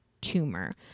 tumor